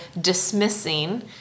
dismissing